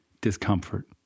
discomfort